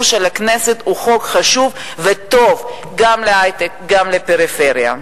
של הכנסת הוא חוק חשוב וטוב גם להיי-טק וגם לפריפריה.